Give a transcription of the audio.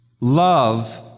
Love